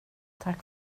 tack